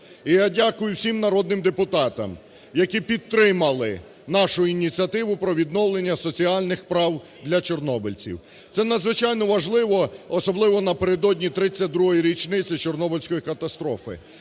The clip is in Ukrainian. І я дякую всім народним депутатам, які підтримали нашу ініціативу про відновлення соціальних прав для чорнобильців. Це надзвичайно важливо особливо напередодні 32-ї річниці Чорнобильської катастрофи.